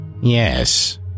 Yes